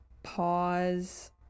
pause